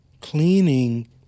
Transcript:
cleaning